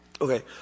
okay